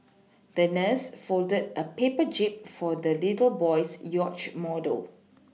the nurse folded a paper jib for the little boy's yacht model